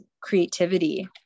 creativity